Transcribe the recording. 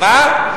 מה?